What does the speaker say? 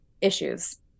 issues